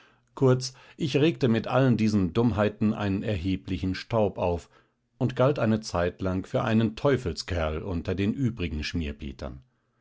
kurz ich regte mit allen diesen dummheiten einen erheblichen staub auf und galt eine zeitlang für einen teufelskerl unter den übrigen